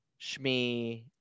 Shmi